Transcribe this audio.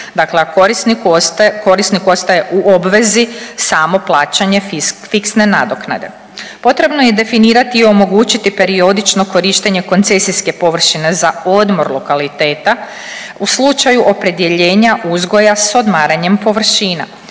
korisniku ostaje u obvezi samo plaćanje fiksne nadoknade. Potrebno je i definirati i omogućiti periodično korištenje koncesijske površine za odmor lokaliteta u slučaju opredjeljenja uzgoja sa odmaranjem površina.